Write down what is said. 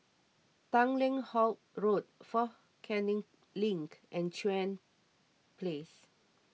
Tanglin Halt Road fort Canning Link and Chuan Place